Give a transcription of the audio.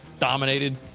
dominated